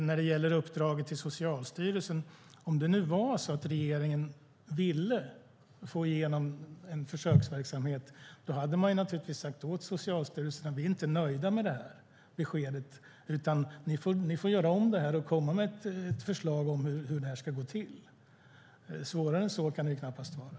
När det gäller uppdraget till Socialstyrelsen vill jag säga att om regeringen ville få igenom en försöksverksamhet hade man naturligtvis sagt åt Socialstyrelsen att man inte var nöjd med beskedet och att de skulle göra om det och komma med ett förslag på hur det ska gå till. Svårare än så kan det knappast vara.